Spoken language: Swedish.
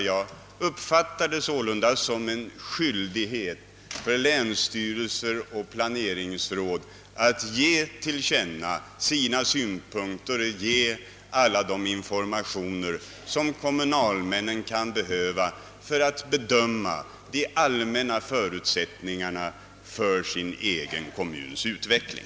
Jag uppfattar det sålunda som en skyldighet för länsstyrelser och planeringsråd att ge till känna sina synpunkter, att ge alla de informationer som kommunalmännen kan behöva för att bedöma de allmänna förutsättningarna för sin egen kommuns utveckling.